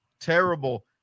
Terrible